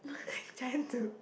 like trying to